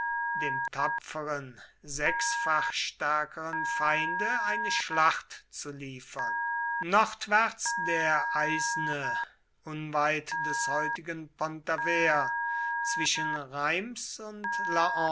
dem tapferen sechsfach stärkeren feinde eine schlacht zu liefern nordwärts der aisne unweit des heutigen pontavert zwischen reims und